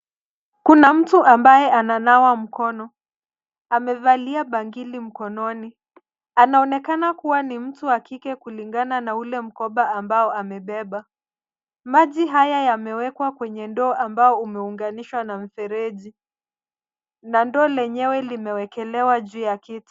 Kuna mtu ambaye ananawa mkono. Amevalia bangili mkononi. Anaonekana kuwa ni mtu wa kike kulingana na ule mkoba ambao amebeba. Maji haya yamewekwa kwenye ndoo ambao umeunganishwa na mfereji na ndoo lenyewe limewekelewa juu ya kiti.